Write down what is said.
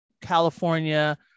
California